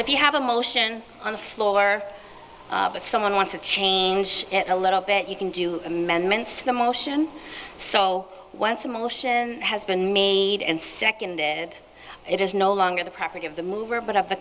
if you have a motion on the floor that someone wants to change a little bit you can do amendments to the motion so once a motion has been made and second it it is no longer the property of the